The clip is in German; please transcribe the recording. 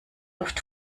oft